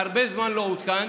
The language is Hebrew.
שהרבה זמן לא עודכן,